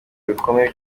bikomeye